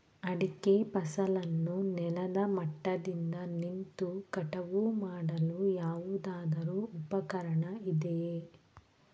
ಅಡಿಕೆ ಫಸಲನ್ನು ನೆಲದ ಮಟ್ಟದಿಂದ ನಿಂತು ಕಟಾವು ಮಾಡಲು ಯಾವುದಾದರು ಉಪಕರಣ ಇದೆಯಾ?